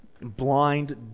blind